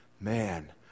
man